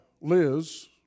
Liz